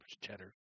cheddar